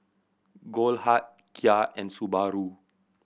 Goldheart Kia and Subaru